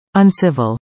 uncivil